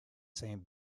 same